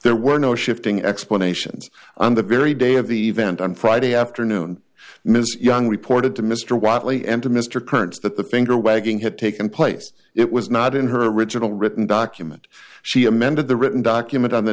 there were no shifting explanations on the very day of the event on friday afternoon ms young reported to mr whitely and to mr kurtz that the finger wagging had taken place it was not in her original written document she amended the written document on the